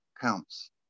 counts